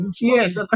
Yes